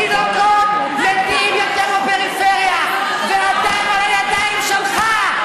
התינוקות מתים יותר בפריפריה, והדם על הידיים שלך.